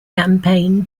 campaign